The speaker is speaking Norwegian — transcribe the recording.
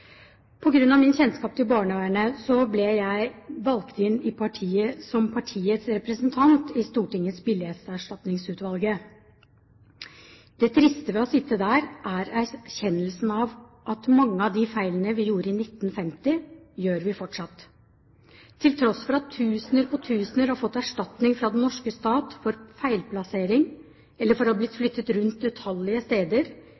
min kjennskap til barnevernet ble jeg valgt inn som partiets representant i Stortingets billighetserstatningsutvalg. Det triste ved å sitte der, er erkjennelsen av at mange av de feilene vi gjorde i 1950, gjør vi fortsatt. Til tross for at tusener på tusener har fått erstatning fra den norske stat for feilplassering, for å ha blitt flyttet rundt utallige steder,